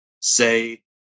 say